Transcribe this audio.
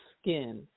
skin